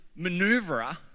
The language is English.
maneuverer